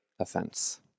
offense